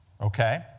okay